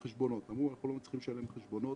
אמרו שהם לא מצליחים לשלם חשבונות,